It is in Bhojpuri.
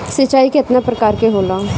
सिंचाई केतना प्रकार के होला?